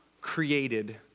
created